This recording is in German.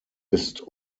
ist